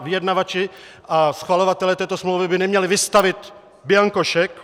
Vyjednavači a schvalovatelé této smlouvy by neměli vystavit bianco šek.